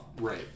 Right